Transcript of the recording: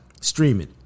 streaming